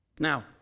Now